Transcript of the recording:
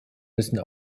müssen